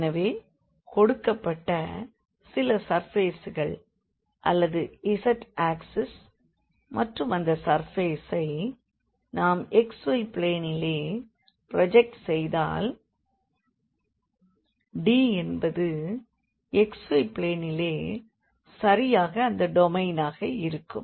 எனவே கொடுக்கப்பட்ட சில சர்பேஸ்கள் அல்லது z ஆக்ஸிஸ் மற்றும் அந்த சர்பேசை நாம் xy பிளேனிலே ப்ரோஜெக்ட் செய்தால் D என்பது xy பிளேனிலே சரியாக அந்த டொமைனாக இருக்கும்